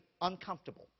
uncomfortable